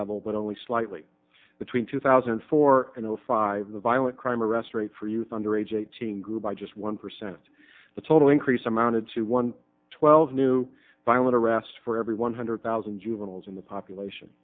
level but only slightly between two thousand and four and zero five the violent crime arrest rate for youth under age eighteen grew by just one percent the total increase amounted to one twelve new violent arrests for every one hundred thousand juveniles in the population